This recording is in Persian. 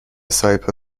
سایپا